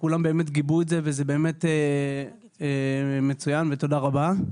כולם באמת גיבו את זה וזה באמת מצוין ותודה רבה.